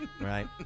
Right